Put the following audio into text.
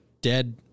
dead